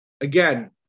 Again